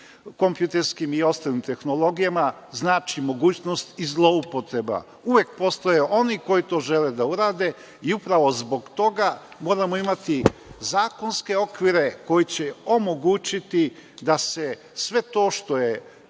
kompjuterskim i ostalim tehnologijama, znači mogućnost i zloupotreba, uvek postoje oni koji to žele da urade. Upravo zbog toga moramo imati zakonske okvire, koji će omogućiti da se sve to što se